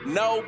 no